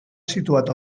situat